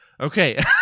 okay